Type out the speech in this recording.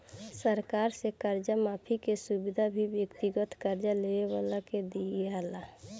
सरकार से कर्जा माफी के सुविधा भी व्यक्तिगत कर्जा लेवे वाला के दीआला